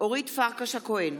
אורית פרקש-הכהן,